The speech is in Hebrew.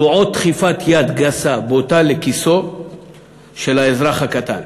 זו עוד דחיפת יד גסה, בוטה, לכיסו של האזרח הקטן.